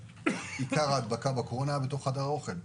עיקר ההדבקה בקורונה היה בתוך חדר האוכל.